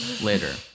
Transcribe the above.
Later